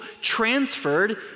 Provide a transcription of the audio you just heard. transferred